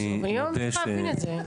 אני לא מצליחה להבין את זה.